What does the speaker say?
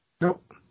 Nope